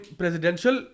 presidential